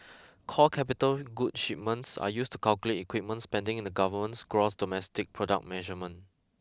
core capital goods shipments are used to calculate equipment spending in the government's gross domestic product measurement